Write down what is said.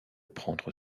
prendre